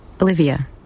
Olivia